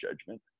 judgment